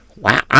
wow